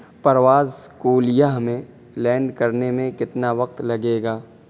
پرواز کو لیہ میں لینڈ کرنے میں کتنا وقت لگے گا